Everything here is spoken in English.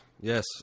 yes